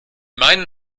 meinen